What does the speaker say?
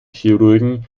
chirurgen